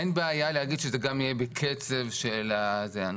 אין בעיה להגיד שזה גם יהיה בקצב של ---.